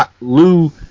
Lou